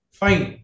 fine